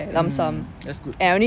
mm that's good